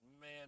man